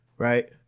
right